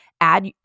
add